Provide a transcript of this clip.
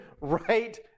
right